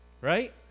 Right